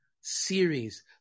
series